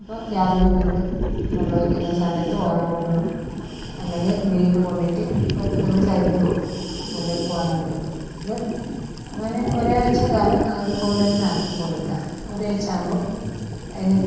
അപ്പോൾ രാവിലെ വീണ്ടും വെള്ളം ഒഴിക്കുന്ന സമയത്ത് ഓല മൂടണം അല്ലെങ്കിൽ വെയിൽ കൊണ്ടിട്ട് പെട്ടെന്ന് കരിഞ്ഞു പോവും എന്ത് പൂവാണെങ്കിലും അങ്ങനെ അങ്ങനെ ഒരാഴ്ച്ചകാലം അതുപോലെ ഒന്ന് ആക്കി കൊടുക്കുക ഒരാഴ്ച ആകുമ്പോൾ അതിന്